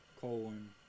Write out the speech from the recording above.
Colon